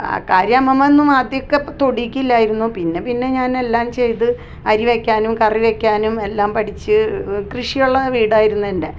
ആ കാര്യം അമ്മമ്മ ഒന്നും ആദ്യമൊക്കെ തൊടീക്കില്ലായിരുന്നു പിന്നെ പിന്നെ ഞാൻ എല്ലാം ചെയ്ത് അരി വയ്ക്കാനും കറി വയ്ക്കാനും എല്ലാം പഠിച്ച് കൃഷിയുള്ള വീടായിരുന്നു എൻ്റെ